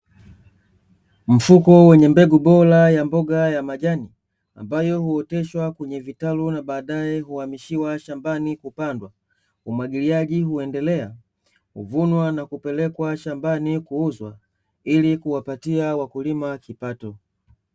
Mfuko wenye mbegu bora ya mboga ya majani, ambayo huoteshwa kwenye vitalu na baadae huamishiwa shambani kupandwa, umwagiliaji huendelea, huvunwa na kupeleka shambani kuuzwa ili kuwapatia wakulima kipato.